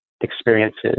experiences